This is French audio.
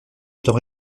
étant